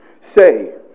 Say